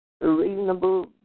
reasonable